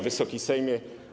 Wysoki Sejmie!